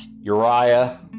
Uriah